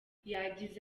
yagize